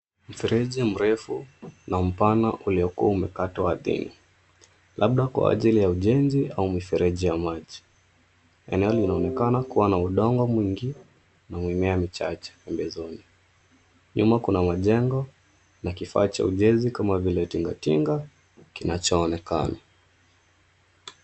Mfereji mrefu na mpana uliokuwa umekatwa ardhini labda kwa ajili ya ujenzi au mifereji ya maji. Eneo linaonekana kuwa na udongo mwingi na mimea michache pembezoni. Nyuma kuna majengo na kifaa cha ujenzi kama vile tingatinga kinachoonekana.